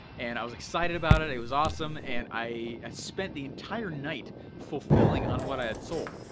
and i was excited about it, it was awesome. and i spent the entire night fulfilling on what i had sold.